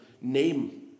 name